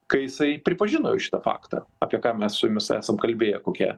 kai jisai pripažino šitą faktą apie ką mes su jumis esam kalbėję kokią